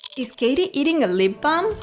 is katie eating a lip balm!